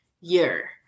year